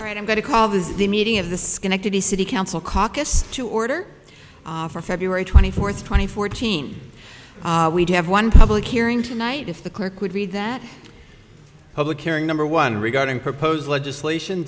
right i'm going to call this the meeting of the schenectady city council caucus to order for february twenty fourth twenty fourteen we'd have one public hearing tonight if the clerk would read that public airing number one regarding proposed legislation